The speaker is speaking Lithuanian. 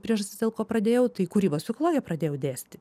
priežastis dėl ko pradėjau tai kūrybos psichologiją pradėjau dėstyt